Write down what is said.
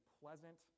pleasant